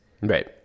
Right